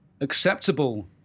acceptable